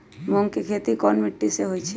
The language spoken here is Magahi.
मूँग के खेती कौन मीटी मे होईछ?